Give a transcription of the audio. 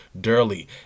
Durley